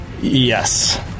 Yes